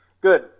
good